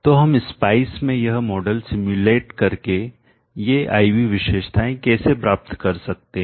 तो हम स्पाइस में यह मॉडल सिम्युलेट करके ये I V विशेषताएं कैसे प्राप्त कर सकते हैं